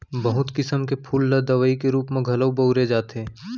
बहुत किसम के फूल ल दवई के रूप म घलौ बउरे जाथे